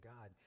God